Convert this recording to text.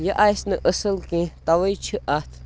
یہِ آسہِ نہٕ اَصٕل کینٛہہ تَوَے چھِ اَتھ